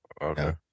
Okay